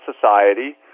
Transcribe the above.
society